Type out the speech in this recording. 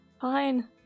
Fine